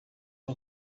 aba